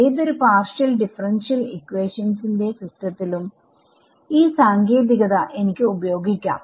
ഏതൊരു partial differential equations ന്റെ സിസ്റ്റത്തിലും ഈ സാങ്കേതികത എനിക്ക് ഉപയോഗിക്കാം